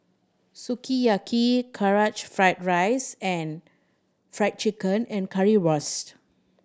Sukiyaki Karaage Fried Rice and Fried Chicken and Currywurst